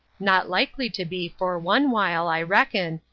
not likely to be, for one while, i reckon,